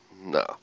no